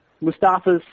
Mustafa's